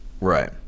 Right